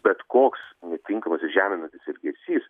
bet koks netinkamas ir žeminantis elgesys